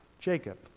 Jacob